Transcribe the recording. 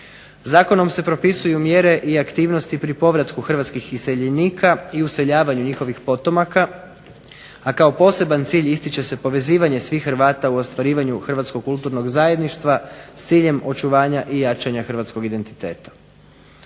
Zakonom se propisuju mjere i aktivnosti pri povratku hrvatskih iseljenika i useljavanju njihovih potomaka, a kao poseban cilj ističe se povezivanje svih Hrvata u ostvarivanju hrvatskog kulturnog zajedništva s ciljem očuvanja i jačanja hrvatskog identiteta.